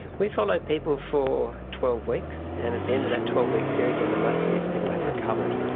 we followed people for twelve weeks, and at the end of that twelve week period and most of these people had recovered.